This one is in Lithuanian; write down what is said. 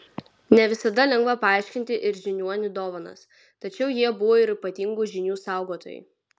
ne visada lengva paaiškinti ir žiniuonių dovanas tačiau jie buvo ir ypatingų žinių saugotojai